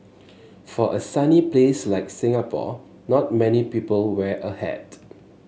for a sunny place like Singapore not many people wear a hat